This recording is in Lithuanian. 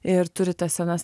ir turi tas senas